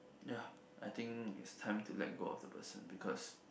ya I think it's time to let go of the person because